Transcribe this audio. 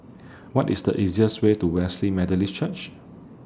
What IS The easiest Way to Wesley Methodist Church